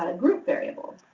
ah group variable.